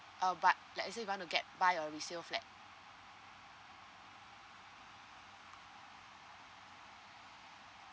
uh but like let's say you want to get buy a resale flat